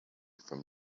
from